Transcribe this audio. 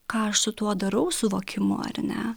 ką aš su tuo darau suvokimu ar ne